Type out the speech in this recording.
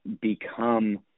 become